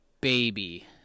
baby